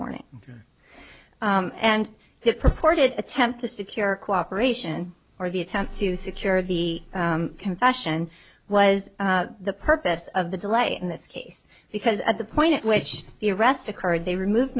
morning and that purported attempt to secure cooperation or the attempt to secure the confession was the purpose of the delay in this case because at the point at which the arrest occurred they remove